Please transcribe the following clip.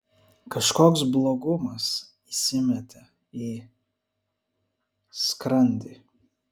kažkoks blogumas įsimetė į skrandį